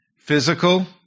physical